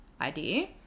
idea